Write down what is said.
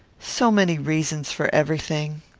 so many reasons for every thing!